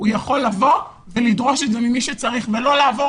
הוא יכול לבוא ולדרוש את זה ממי שצריך ולא לעבור